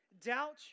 Doubt